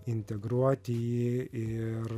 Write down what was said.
integruoti jį ir